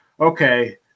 Okay